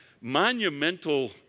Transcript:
monumental